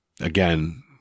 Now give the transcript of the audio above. again